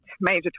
major